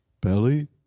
belly